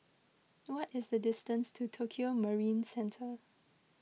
what is the distance to Tokio Marine Centre